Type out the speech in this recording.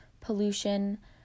pollution